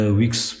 weeks